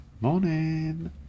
Morning